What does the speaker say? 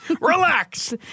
Relax